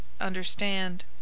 understand